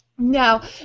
Now